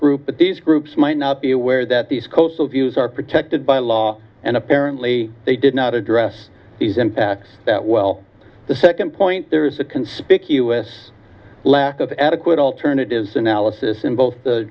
group but these groups might not be aware that these coastal views are protected by law and apparently they did not address these impacts that well the second point there is a conspicuous lack of adequate alternatives analysis in both the